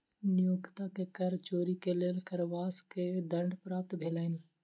नियोक्ता के कर चोरी के लेल कारावास के दंड प्राप्त भेलैन